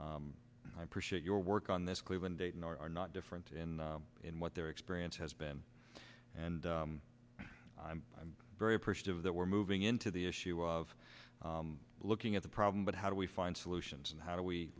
i appreciate your work on this cleveland in are not different in in what their experience has been and i'm very appreciative that we're moving into the issue of looking at the problem but how do we find solutions and how do we